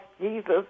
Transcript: Jesus